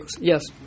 Yes